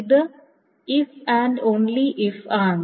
ഇത് if and only if ആണ്